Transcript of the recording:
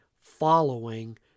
following